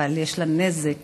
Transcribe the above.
אבל יש לה נזק